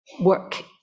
work